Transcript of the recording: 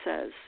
says